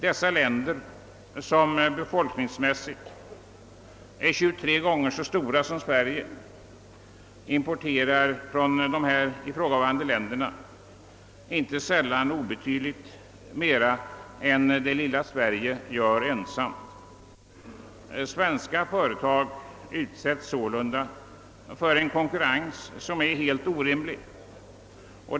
Dessa länder, som befolkningsmässigt är 23 gånger så stora som Sverige, importerar från ifrågavarande länder inte sällan tillsammans obetydligt mera än det lilla Sverige gör ensamt. Svenska företag utsättes sålunda för en konkurrens som är helt orimlig.